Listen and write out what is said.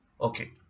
okay